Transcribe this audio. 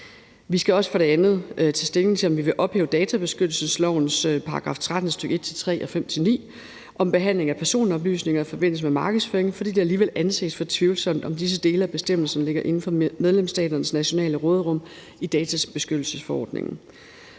Vi skal også tage stilling til, om vi vil ophæve databeskyttelseslovens § 13, stk. 1-3 og 5-9 om behandling af personoplysninger i forbindelse med markedsføring, fordi det alligevel anses for tvivlsomt, om disse dele af bestemmelsen ligger inden for medlemsstaternes nationale råderum i databeskyttelsesforordningen.